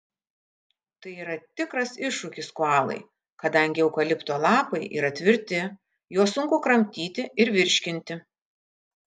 tai yra tikras iššūkis koalai kadangi eukalipto lapai yra tvirti juos sunku kramtyti ir virškinti